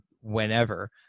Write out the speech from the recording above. whenever